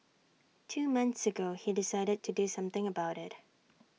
two months ago he decided to do something about IT